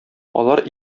алар